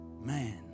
Man